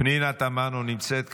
פנינה תמנו נמצאת כאן?